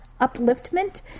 upliftment